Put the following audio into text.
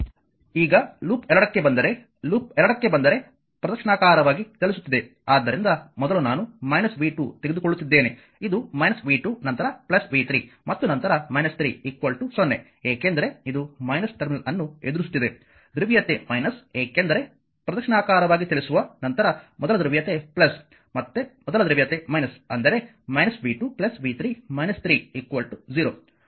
ಈಗ ಲೂಪ್ 2ಕ್ಕೆ ಬಂದರೆ ಲೂಪ್ 2 ಕ್ಕೆ ಬಂದರೆ ಪ್ರದಕ್ಷಿಣಾಕಾರವಾಗಿ ಚಲಿಸುತ್ತಿದೆ ಆದ್ದರಿಂದ ಮೊದಲು ನಾನು v 2 ತೆಗೆದುಕೊಳ್ಳುತ್ತಿದ್ದೇನೆ ಇದು v 2 ನಂತರ v 3 ಮತ್ತು ನಂತರ 3 0 ಏಕೆಂದರೆ ಇದು ಟರ್ಮಿನಲ್ ಅನ್ನು ಎದುರಿಸುತ್ತಿದೆ ಧ್ರುವೀಯತೆ ಏಕೆಂದರೆ ಪ್ರದಕ್ಷಿಣಾಕಾರವಾಗಿ ಚಲಿಸುವ ನಂತರ ಮೊದಲ ಧ್ರುವೀಯತೆ ಮತ್ತೆ ಮೊದಲ ಧ್ರುವೀಯತೆ ಅಂದರೆ v 2 v 3 3 0 ಅದು ಲೂಪ್ 2 ರಲ್ಲಿದೆ